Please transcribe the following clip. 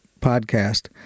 podcast